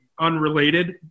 unrelated